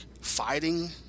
fighting